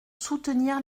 soutenir